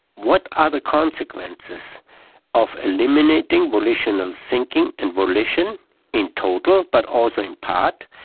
what are the consequences of eliminating volitional thinking and volition in total but also in part,